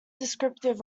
descriptive